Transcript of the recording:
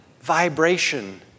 vibration